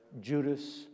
Judas